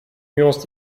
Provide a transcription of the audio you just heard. nuance